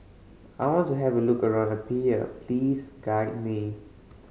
I want to have a look around Apia please guide me